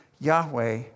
Yahweh